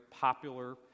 popular